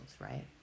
right